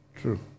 True